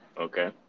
Okay